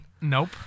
Nope